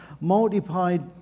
multiplied